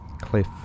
Cliff